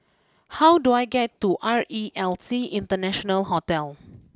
how do I get to R E L C International Hotel